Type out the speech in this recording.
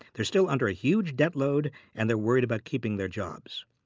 they're still under a huge debt load, and they're worried about keeping their jobs.